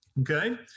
Okay